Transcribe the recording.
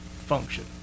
function